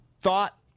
thought